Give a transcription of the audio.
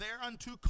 thereunto